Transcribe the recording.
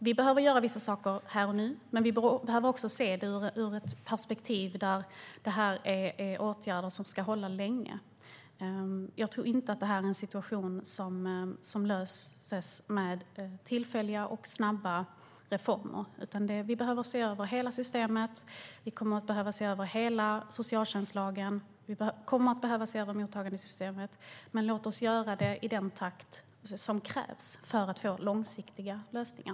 Vi behöver göra vissa saker här och nu, men vi behöver också se det ur ett perspektiv som handlar om att det här är åtgärder som ska hålla länge. Jag tror inte att det här är en situation som löses med tillfälliga och snabba reformer, utan vi behöver se över hela systemet. Vi kommer att behöva se över hela socialtjänstlagen. Vi kommer att behöva se över mottagandesystemet. Men låt oss göra det i den takt som krävs för att få långsiktiga lösningar!